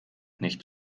nicht